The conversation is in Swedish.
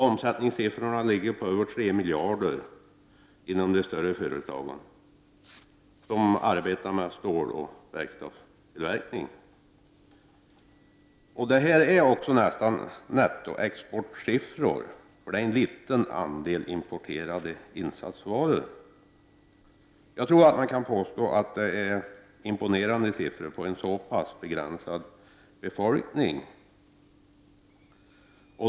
Omsättningen ligger på över tre miljarder kronor inom de större företagen som arbetar med ståloch verkstadstillverkning. Detta är nästan nettoexportsiffror, eftersom det används en liten andel importerade insatsvaror i produktionen. Jag tror man kan påstå att detta är imponerande siffror i förhållande till en så pass begränsad befolkning.